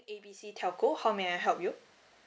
A B C telco how may I help you